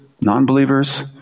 non-believers